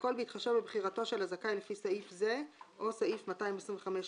והכל בהתחשב בבחירתו של הזכאי לפי סעיף זה או סעיף 225א,